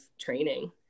training